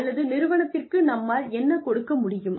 அல்லது நிறுவனத்திற்கு நம்மால் என்ன கொடுக்க முடியும்